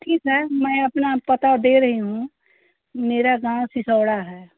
ठीक है मैं अपना पता दे रही हूँ मेरा गाँव सिसौड़ा है